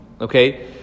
Okay